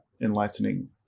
enlightening